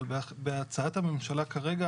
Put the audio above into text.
אבל בהצעת הממשלה כרגע